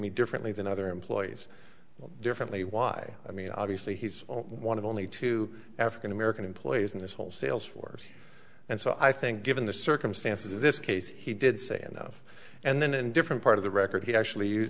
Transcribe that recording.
me differently than other employees differently why i mean obviously he's one of only two african american employees in this whole sales force and so i think given the circumstances of this case he did say enough and then in different part of the record he actually